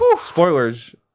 spoilers